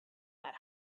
that